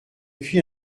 puis